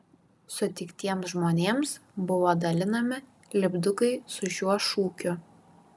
sutiktiems žmonėms buvo dalinami lipdukai su šiuo šūkiu